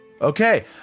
Okay